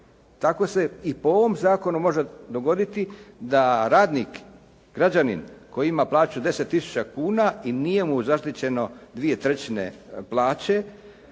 Tako se i po ovom zakonu može dogoditi da radnik koji ima plaću 10 tisuća kuna i nije mu zaštićeno dvije trećine plaće,